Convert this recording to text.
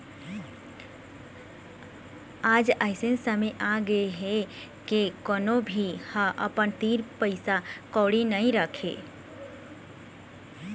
आज अइसे समे आगे हे के कोनो भी ह अपन तीर पइसा कउड़ी नइ राखय